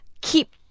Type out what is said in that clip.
keep